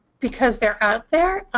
because they're out there,